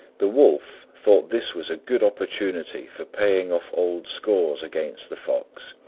the wolf thought this was a good opportunity for paying off old scores against the fox,